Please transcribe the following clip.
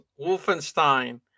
Wolfenstein